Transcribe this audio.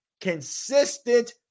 Consistent